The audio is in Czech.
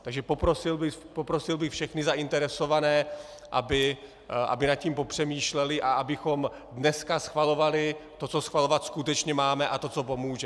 Takže poprosil bych všechny zainteresované, aby nad tím popřemýšleli a abychom dneska schvalovali to, co schvalovat skutečně máme, a to, co pomůže.